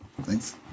thanks